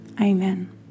amen